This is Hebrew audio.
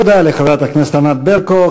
תודה לחברת הכנסת ענת ברקו.